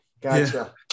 Gotcha